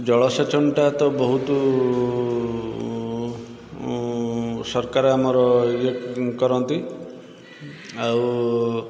ଜଳସେଚନଟା ତ ବହୁତ ସରକାର ଆମର ଇଏ କରନ୍ତି ଆଉ